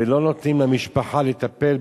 ולא נותנים למשפחה לטפל.